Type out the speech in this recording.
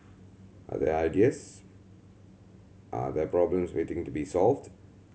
are there ideas are there problems waiting to be solved